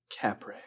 Capre